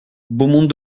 beaumont